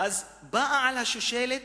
"אז באה על השושלת